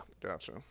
Gotcha